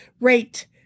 rate